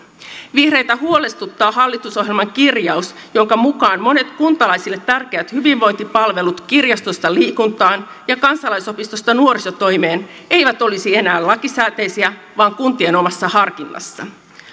vihreitä huolestuttaa hallitusohjelman kirjaus jonka mukaan monet kuntalaisille tärkeät hyvinvointipalvelut kirjastosta liikuntaan ja kansalaisopistosta nuorisotoimeen eivät olisi enää lakisääteisiä vaan kuntien omassa harkinnassa